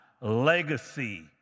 legacy